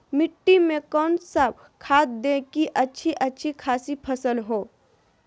मिट्टी में कौन सा खाद दे की अच्छी अच्छी खासी फसल हो?